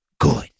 good